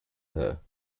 her